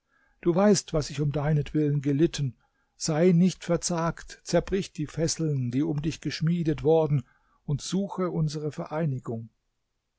du weißt was ich um deinetwillen gelitten sei nicht verzagt zerbrich die fesseln die um dich geschmiedet worden und suche unsere vereinigung